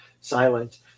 silent